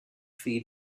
feed